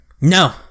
No